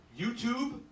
YouTube